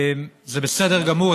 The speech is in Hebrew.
זה בסדר גמור,